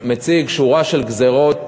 מציג שורה של גזירות